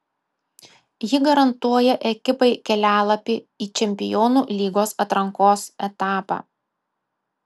ji garantuoja ekipai kelialapį į čempionų lygos atrankos etapą